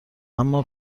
اما